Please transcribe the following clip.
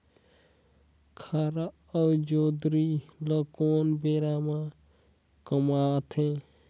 खीरा अउ जोंदरी ल कोन बेरा म कमाथे?